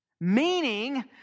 Meaning